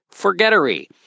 forgettery